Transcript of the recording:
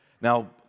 Now